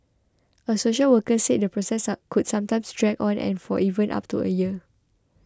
a social worker said the process could sometimes drag on for even up to a year